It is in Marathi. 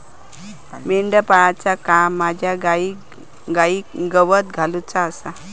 मेंढपाळाचा काम माझ्या गाईंका गवत घालुचा आसा